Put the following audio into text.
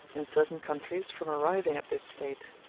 in certain countries, from arriving at this state.